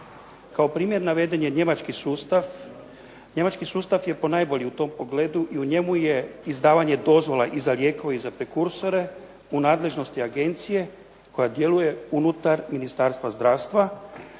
Kao primjer naveden je njemački sustav. njemački sustav je ponajbolji u tom pogledu i u njemu je izdavanje dozvola i za lijekove i za prekursore u nadležnosti agencije koja djeluje unutar Ministarstva zdravstva,